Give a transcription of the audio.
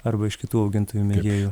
arba iš kitų augintojų megėjų